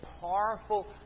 powerful